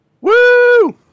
Woo